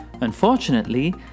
Unfortunately